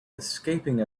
escaping